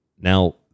Now